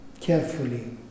carefully